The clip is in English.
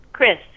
Chris